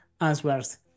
answers